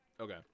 Okay